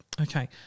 Okay